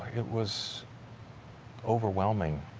it was overwhelming.